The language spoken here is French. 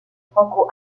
franco